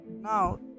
Now